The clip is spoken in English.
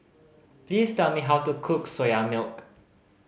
please tell me how to cook Soya Milk